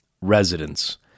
residents